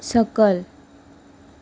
सकल